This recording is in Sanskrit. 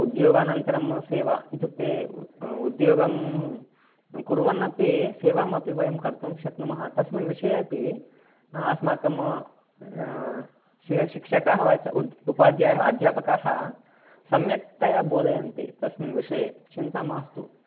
उद्योगानन्तरं सेवा इत्युक्ते उद्योगं कुर्वन्नपि सेवामपि वयं कर्तुं शक्नुमः तस्मिन् विषये अपि अस्माकम् शिक् शिक्षकाः उपाध्यापकाः अध्यापकाः सम्यक्तया बोधयन्ति तस्मिन् विषये चिन्ता मास्तु